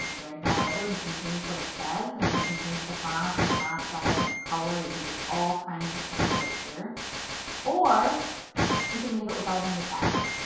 dragging that over and you can change what it says and then you can change the font and the font size and the color. you can do all kinds of things right here or you can leave it without any text.